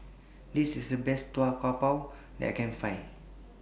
This IS The Best Tau Kwa Pau that I Can Find